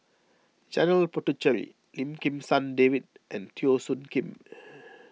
Janil Puthucheary Lim Kim San David and Teo Soon Kim